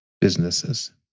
businesses